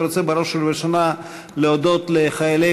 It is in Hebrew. ורוצה בראש ובראשונה להודות לחיילי